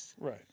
Right